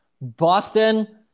Boston